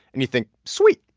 and you think, sweet,